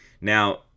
Now